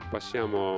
Passiamo